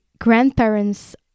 grandparents